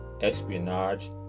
espionage